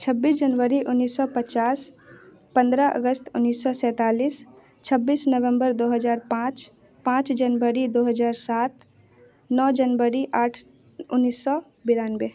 छब्बीस जनवरी उन्नीस सौ पचास पंद्रह अगस्त उन्नीस सौ सैंतालीस छब्बीस नवम्बर दो हज़ार पाँच पाँच जनवरी दो हज़ार सात नौ जनवरी आठ उन्नीस सौ बयानवे